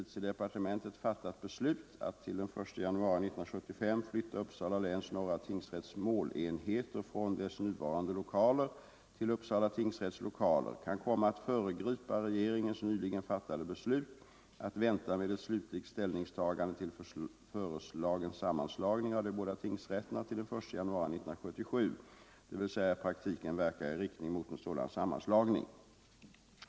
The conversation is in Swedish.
Herr Nyquist har frågat mig om jag är medveten om att = norra tingsrätt ett inom justitiedepartementet fattat beslut att till den 1 januari 1975 flytta Uppsala läns norra tingsrätts målenheter från dess nuvarande lokaler till Uppsala tingsrätts lokaler kan komma att föregripa regeringens nyligen fattade beslut att vänta med ett slutligt ställningstagande till föreslagen sammanslagning av de två tingsrätterna till den 1 januari 1977, dvs. i praktiken verka i riktning mot en sådan sammanslagning.